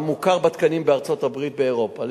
מוכר בתקנים בארצות-הברית ובאירופה,